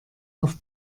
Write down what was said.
auf